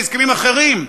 בהסכמים אחרים,